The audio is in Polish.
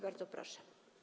Bardzo proszę.